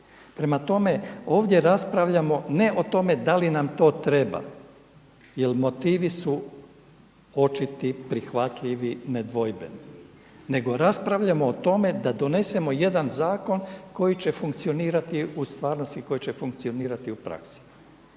Prema tome, ovdje raspravljamo ne o tome da li nam to treba jel motivi su očiti prihvatljivi, nedvojbeni nego raspravljamo o tome da donesemo jedan zakon koji će funkcionirati u stvarnosti koji će funkcionirati u praksi.